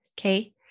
Okay